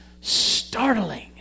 startling